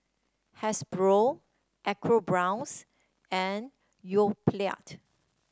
Hasbro ecoBrown's and Yoplait